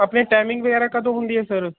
ਆਪਣੀ ਟਾਈਮਿੰਗ ਵਗੈਰਾ ਕਦੋਂ ਹੁੰਦੀ ਹੈ ਸਰ